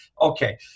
Okay